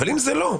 אבל אם זה לא,